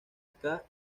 ska